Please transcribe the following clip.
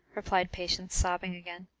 replied patience, sobbing again,